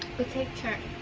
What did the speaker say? lets take turns